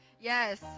yes